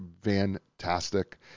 fantastic